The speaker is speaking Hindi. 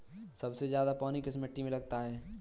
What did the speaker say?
सबसे ज्यादा पानी किस मिट्टी में लगता है?